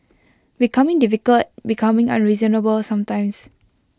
becoming difficult becoming unreasonable sometimes